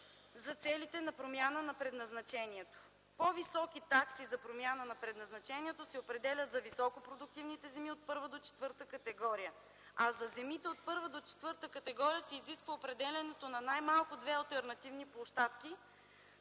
за целите на промяна на предназначението. По-високи такси за промяна на предназначението се определят за високопродуктивните земи от първа до четвърта категория, а за земите от първа до четвърта категория се изисква определянето на най-малко две алтернативни площадки,